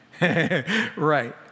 Right